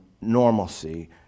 normalcy